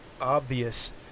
obvious